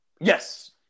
Yes